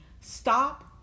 Stop